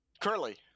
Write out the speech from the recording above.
curly